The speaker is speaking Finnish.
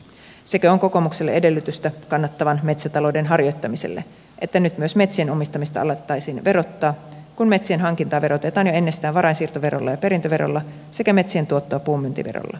sekö on kokoomukselle edellytystä kannattavan metsätalouden harjoittamiselle että nyt myös metsien omistamista alettaisiin verottaa kun metsien hankintaa verotetaan jo ennestään varainsiirtoverolla ja perintöverolla sekä metsien tuottoa puunmyyntiverolla